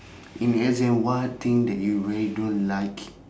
in exam what thing that you really don't like